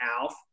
Alf